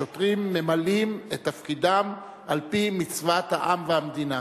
השוטרים ממלאים את תפקידם על-פי מצוות העם והמדינה.